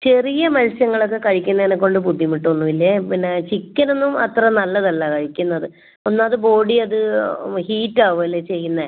ചെറിയ മത്സ്യങ്ങളൊക്കെ കഴിക്കുന്നതിനെക്കൊണ്ട് ബുദ്ധിമുട്ട് ഒന്നും ഇല്ല പിന്നെ ചിക്കനൊന്നും അത്ര നല്ലത് അല്ല കഴിക്കുന്നത് ഒന്നാമത് ബോഡി അത് ഹീറ്റ് ആവുകയല്ലേ ചെയ്യുന്നത്